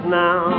now